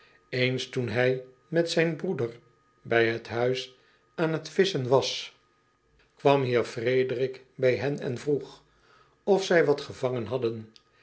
ens toen hij met zijn broeder bij het huis aan t visschen was kwam eer acobus raandijk andelingen door ederland met pen en potlood eel rederik bij hen en vroeg of zij wat gevangen hadden